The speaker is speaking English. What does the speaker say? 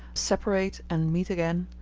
separate and meet again,